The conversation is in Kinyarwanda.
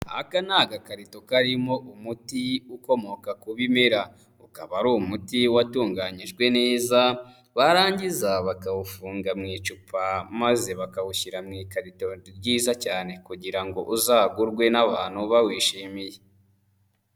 Aka ni agakarito karimo umuti ukomoka ku bimira, ukaba ari umuti watunganyijwe neza, barangiza bakawufunga mu icupa maze bakawushyira mu ikari ryiza cyane kugira ngo uzagurwe n'abantu bawishimiye.